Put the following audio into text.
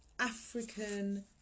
African